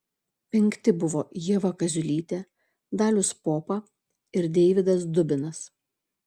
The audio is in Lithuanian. penkti buvo ieva kaziulytė dalius popa ir deividas dubinas